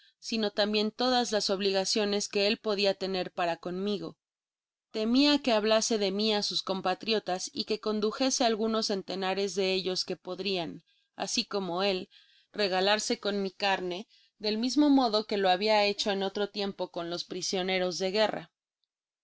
google book search generated at que él podia tener para conmigo temia que hablase de mi á sus compatriotas y que condujese algunos centenares de ellos que podrian asi como él regalarse con mi carne del mismo modo que lo habia hecho en otro tiempo con los prisioneros de guerra